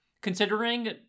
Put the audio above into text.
considering